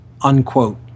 Unquote